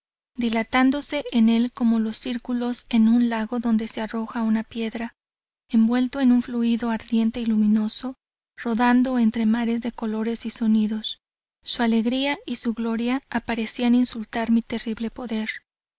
dilatándose en el como los círculos en un lago donde se arroja una piedra envuelto en un fluido ardiente y luminoso rodando entre mares de colores y sonidos su alegría y su gloria aprecian insultar mi terrible poder